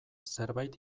zerbait